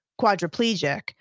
quadriplegic